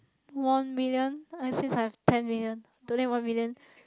one million since I have ten million donate one million